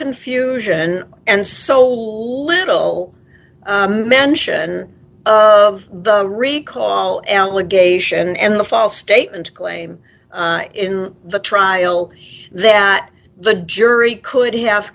confusion and sold little mention of the recall allegation and the false statement claim in the trial that the jury could have